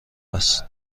است